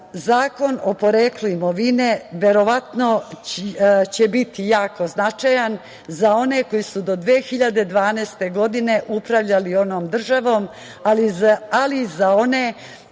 o poreklu imovine verovatno će biti jako značajan za one koji su do 2012. godine upravljali ovom državom, ali i za one